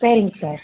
சரிங்க சார்